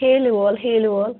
ہیلہِ وول ہیلہِ وول